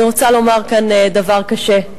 אני רוצה לומר כאן דבר קשה: